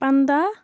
پنٛداہ